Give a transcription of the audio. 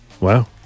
Wow